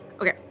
okay